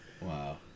Wow